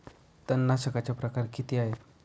तणनाशकाचे प्रकार किती आहेत?